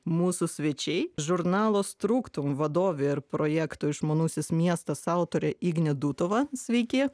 mūsų svečiai žurnalo struktum vadovė ir projekto išmanusis miestas autorė ignė dutova sveiki